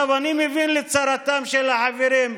אני מבין לצרתם של החברים,